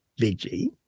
veggie